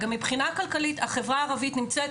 גם מבחינה כלכלית החברה הערבית נמצאת